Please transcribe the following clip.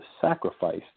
sacrifice